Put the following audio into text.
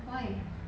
why